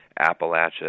Appalachia